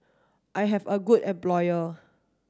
I have a good employer